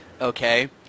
okay